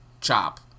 chop